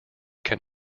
can